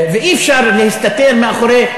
ואי-אפשר להסתתר מאחורי: